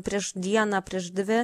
prieš dieną prieš dvi